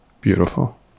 Beautiful